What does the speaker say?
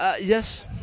Yes